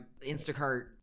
Instacart